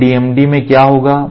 तो DMDs में क्या होगा